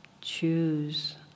choose